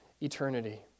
eternity